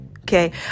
okay